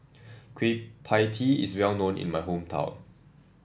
Kueh Pie Tee is well known in my hometown